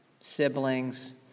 siblings